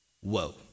whoa